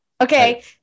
Okay